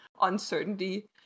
uncertainty